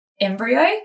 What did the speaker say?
embryo